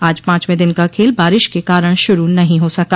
आज पांचवें दिन का खेल बारिश के कारण शुरू नहीं हो सका